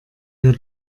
wir